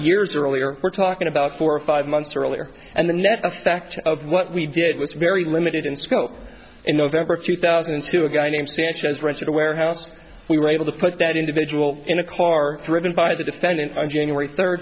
years earlier we're talking about four or five months earlier and the net effect of what we did was very limited in scope in november of two thousand and two a guy named sanchez rented a warehouse we were able to put that individual in a car driven by the defendant on january third